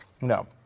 No